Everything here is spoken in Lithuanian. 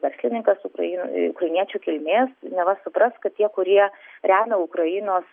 verslininkas ukrain ukrainiečių kilmės neva supras kad tie kurie remia ukrainos